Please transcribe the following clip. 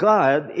God